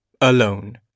alone